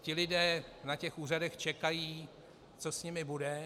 Ti lidé na těch úřadech čekají, co s nimi bude.